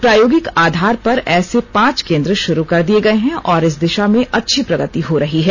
प्रायोगिक आधार पर ऐसे पांच केन्द्र शुरू कर दिए गए हैं और इस दिशा में अच्छी प्रगति हो रही है